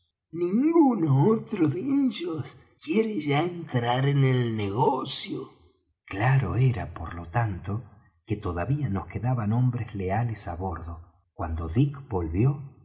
ninguno otro de ellos quiere ya entrar en el negocio claro era por lo tanto que todavía nos quedaban hombres leales á bordo cuando dick volvió